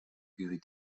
geriet